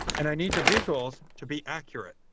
and i need the visuals to be accurate,